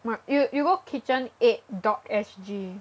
you you go KitchenAid dot S_G